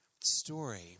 story